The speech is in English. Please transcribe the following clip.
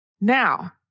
Now